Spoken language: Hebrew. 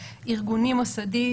ארגוני-מוסדי,